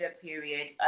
period